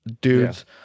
dudes